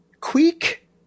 Queek